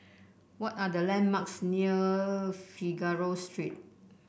what are the landmarks near Figaro Street